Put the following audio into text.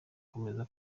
ikomeze